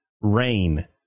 Rain